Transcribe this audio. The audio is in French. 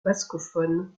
bascophone